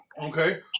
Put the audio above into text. okay